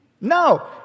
No